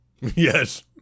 Yes